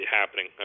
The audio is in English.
happening